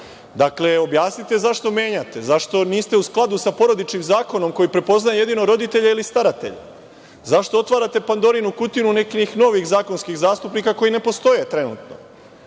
parova. Dakle, objasnite zašto menjate, zašto niste u skladu sa Porodičnim zakonom koji prepoznaje jedino roditelja ili staratelja? Zašto otvarate Pandorinu kutiju nekih novih zakonskih zastupnika koji ne postoje trenutno.